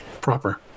proper